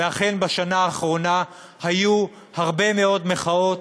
ואכן בשנה האחרונה היו הרבה מאוד מחאות